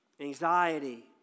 anxiety